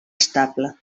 estable